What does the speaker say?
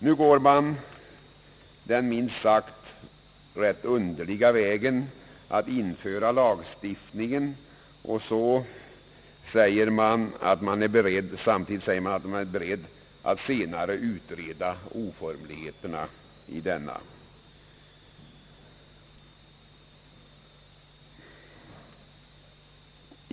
Nu går man den minst sagt underliga vägen att införa lagstiftningen samtidigt som man säger att man är beredd att senare utreda oformligheterna i denna.